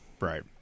Right